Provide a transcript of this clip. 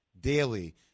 daily